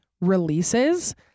releases